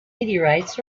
meteorites